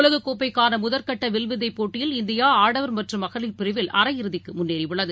உலகக்கோப்கைகானமுதற்கட்டவில்வித்தைப் போட்டியில் இந்தியாஆடவர் மற்றும் மகளிர் பிரிவில் அரையிறுதிக்குமுன்னேறியுள்ளது